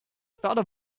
thought